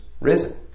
risen